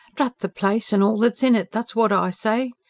drat the place and all that's in it, that's what i say!